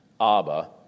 Abba